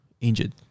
injured